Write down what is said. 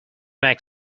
make